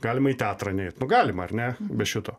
galima į teatrą neit nu galima ar ne be šito